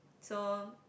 so